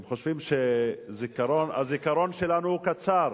הם חושבים שהזיכרון שלנו הוא קצר.